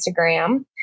Instagram